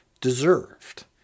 deserved